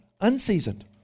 unseasoned